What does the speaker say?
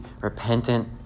repentant